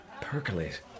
percolate